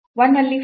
1 ಅಲ್ಲಿ phi